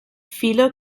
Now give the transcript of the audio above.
viele